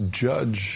judge